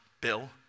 bill